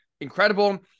incredible